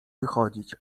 wychodzić